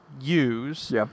use